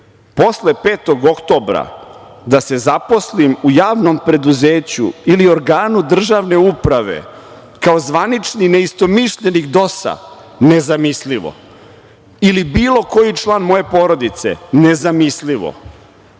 Posle 5. oktobra da zaposlenim u javnom preduzeću ili organu državne uprave kao zvanični neistomišljenik DOS, nezamislivo ili bilo koji član moje porodice, nezamislivo.